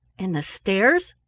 and the stairs,